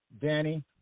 Danny